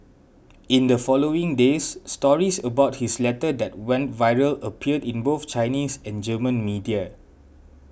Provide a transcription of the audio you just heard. in the following days stories about his letter that went viral appeared in both Chinese and German media